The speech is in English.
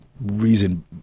reason